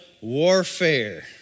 warfare